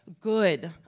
good